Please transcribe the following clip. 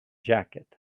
jacket